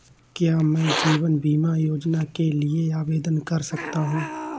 क्या मैं जीवन बीमा योजना के लिए आवेदन कर सकता हूँ?